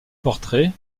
portraits